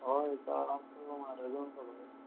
हय सारको म्हारग सगळें